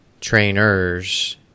trainers